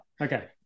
Okay